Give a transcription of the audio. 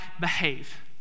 behave